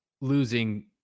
losing